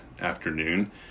afternoon